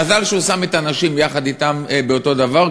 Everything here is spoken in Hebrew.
מזל שהוא שם את הנשים יחד אתם באותו דבר,